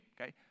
okay